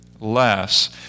less